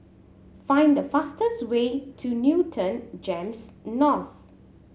find the fastest way to Newton GEMS North